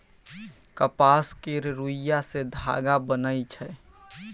कपास केर रूइया सँ धागा बनइ छै